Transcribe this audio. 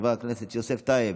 חבר הכנסת יוסף טייב,